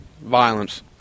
Violence